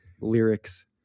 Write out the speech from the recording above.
lyrics